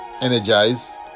energize